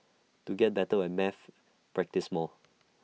to get better at maths practise more